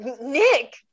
Nick